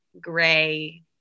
gray